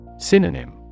Synonym